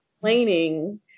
complaining